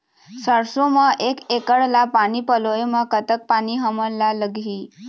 सरसों म एक एकड़ ला पानी पलोए म कतक पानी हमन ला लगही?